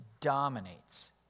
dominates